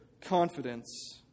confidence